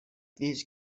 these